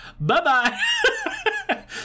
Bye-bye